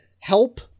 Help